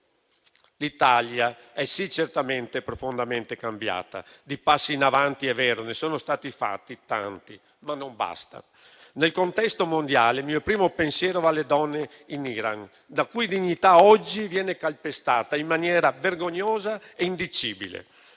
L'Italia è, sì, certamente profondamente cambiata. Di passi in avanti, è vero, ne sono stati fatti tanti, ma non basta. Nel contesto mondiale, il mio primo pensiero va alle donne in Iran, la cui dignità oggi viene calpestata in maniera vergognosa e indicibile.